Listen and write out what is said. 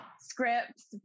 scripts